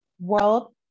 World